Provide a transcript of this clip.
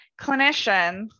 clinicians